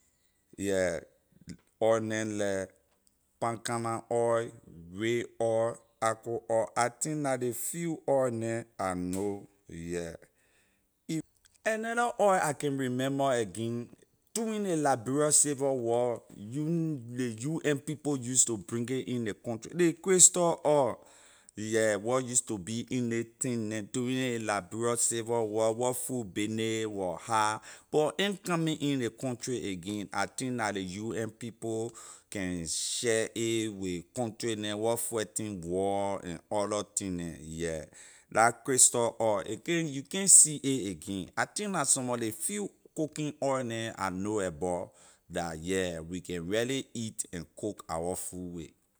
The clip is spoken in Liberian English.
Yeah oil neh like palm kernel oil ray oil argo oil I think la ley few oil neh I know yeah you- another oil I can remember again during ley liberia civil war u ley un people use to bring it in ley country ley crystal oil yeah wor use to be in ley tin neh too during ley liberian civil war wor food bayney wor hard but in coming in ley country again I think la ley un people can share a with ley country neh where fighting war and other thing neh yeah la crystal oil a can you can’t see a again I think la some mor ley few cooking oil neh I know abor la yeah we can really eat and cook our food with.